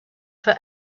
for